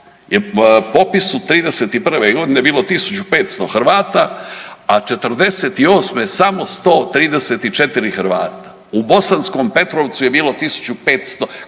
popis od '31. g. bilo 1500 Hrvata, a '48. samo 134 Hrvata. U Bosanskom Petrovcu je bilo 1500,